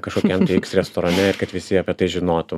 kažkokiam tai iks restorane ir kad visi apie tai žinotų